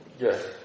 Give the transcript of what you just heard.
Yes